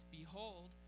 behold